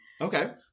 Okay